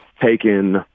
taken